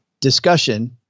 discussion